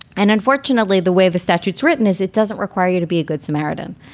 and unfortunately, the way the statute's written is it doesn't require you to be a good samaritan.